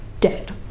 dead